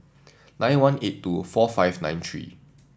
nine one eight two four five nine three